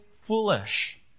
foolish